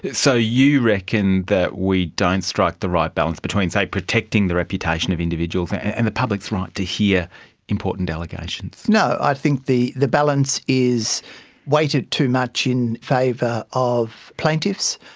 so you reckon that we don't strike the right balance between, say, protecting the reputation of individuals and the public's right to hear important allegations. no, i think the the balance is weighted too much in favour of plaintiffs,